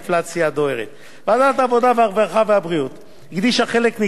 הרווחה והבריאות הקדישה חלק ניכר מדיוניה לטענות